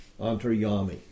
antaryami